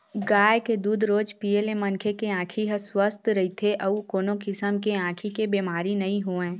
गाय के दूद रोज पीए ले मनखे के आँखी ह सुवस्थ रहिथे अउ कोनो किसम के आँखी के बेमारी नइ होवय